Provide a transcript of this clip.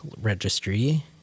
registry